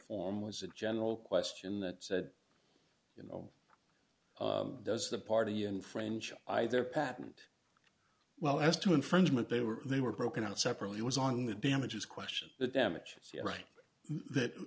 form was a general question that said you know does the party and french either patent well as to infringement they were they were broken out separately it was on the damages question the damage